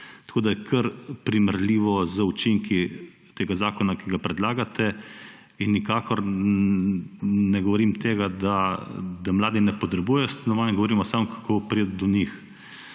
Tako je kar primerljivo z učinki tega zakona, ki ga predlagate, in nikakor ne govorim tega, da mladi ne potrebujejo stanovanj, govorimo samo, kako priti do njih.